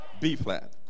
B-flat